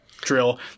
drill